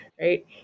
right